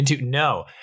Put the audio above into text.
No